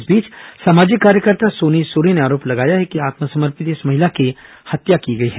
इस बीच सामाजिक कार्यकर्ता सोनी सोरी ने आरोप लगाया है कि आत्मसमर्पित इस महिला की हत्या की गई है